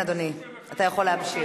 כן, אדוני, אתה יכול להמשיך.